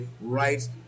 right